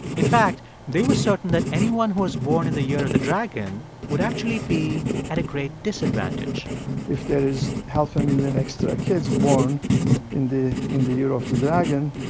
in fact, they were certain that anyone who was born in the year of the dragon would actually be at a great disadvantage if there is half a million extra kids born in the in the year of the dragon,